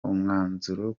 umwanzuro